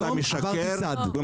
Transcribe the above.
היום עברתי צד.